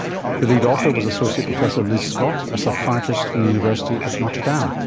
the lead author was associate professor liz scott, a psychiatrist from the university of notre dame.